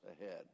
ahead